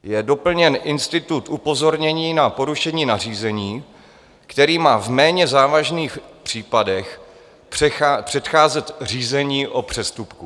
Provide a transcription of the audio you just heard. Je doplněn institut upozornění na porušení nařízení, který má v méně závažných případech předcházet řízení o přestupku.